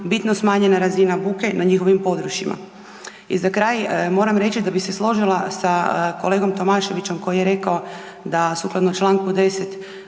bitno smanjena razina buke na njihovim područjima. I za kraj moram reći da bih se složila sa kolegom Tomaševićem koji je rekao da sukladno Članku 10.